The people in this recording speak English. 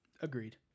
Agreed